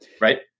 right